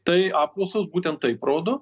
tai apklausos būtent taip rodo